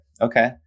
okay